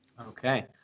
Okay